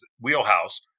wheelhouse